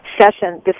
session